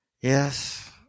Yes